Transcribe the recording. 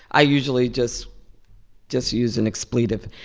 i usually just just use an expletive.